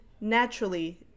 naturally